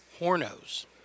Hornos